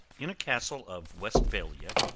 in a castle of westphalia,